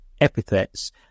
epithets